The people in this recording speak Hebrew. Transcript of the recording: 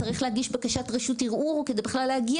צריך להגיש בקשת ערעור כדי בכלל להגיע.